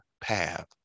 path